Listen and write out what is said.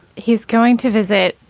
he's going to visit.